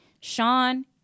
Sean